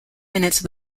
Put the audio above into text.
minutes